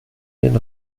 den